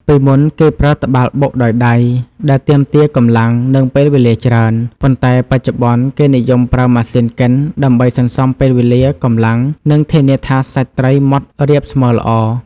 ពីមុនគេប្រើត្បាល់បុកដោយដៃ ដែលទាមទារកម្លាំង និងពេលវេលាច្រើន ប៉ុន្តែបច្ចុប្បន្នគេនិយមប្រើម៉ាស៊ីនកិនដើម្បីសន្សំពេលវេលា កម្លាំង និងធានាថាសាច់ត្រីម៉ដ្ឋរាបស្មើល្អ។